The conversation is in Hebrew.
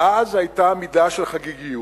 ואז היתה מידה של חגיגיות.